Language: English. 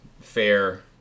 fair